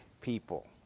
people